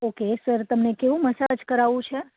okay sir તમને કેવું massage કરાવવું છે